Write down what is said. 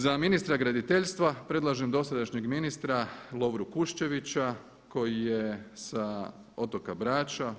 Za ministra graditeljstva predlažem dosadašnjeg ministra Lovru Kuščevića koji je sa otoka Brača.